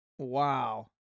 Wow